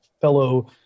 fellow